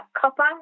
copper